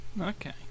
Okay